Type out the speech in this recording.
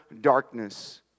darkness